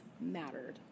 mattered